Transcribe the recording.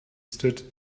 stood